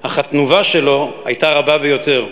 אך התנובה שלו הייתה רבה ביותר,